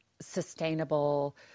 sustainable